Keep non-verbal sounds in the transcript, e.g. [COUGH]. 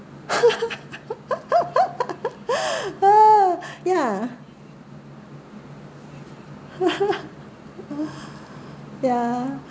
[LAUGHS] ya [LAUGHS] ya ya